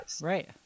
right